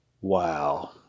Wow